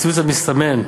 הקיצוץ המסתמן,